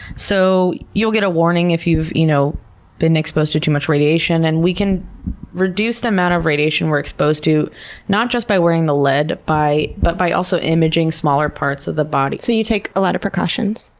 so you'll get a warning if you've you know been exposed to too much radiation, and we can reduce the amount of radiation we're exposed to not just by wearing the lead but by also imaging smaller parts of the body. so you take a lot of precautions.